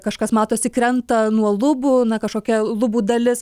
kažkas matosi krenta nuo lubų na kažkokia lubų dalis